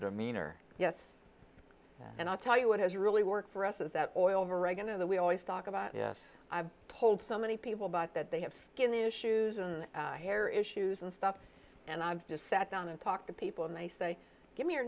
demeanor yes and i'll tell you what has really worked for us is that oil revenue that we always talk about i've told so many people about that they have skin issues and hair issues and stuff and i've just sat down and talk to people and they say give me your